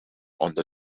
under